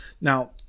Now